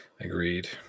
Agreed